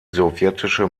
sowjetische